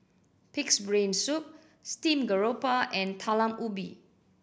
Pig's Brain Soup steamed grouper and Talam Ubi